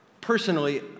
Personally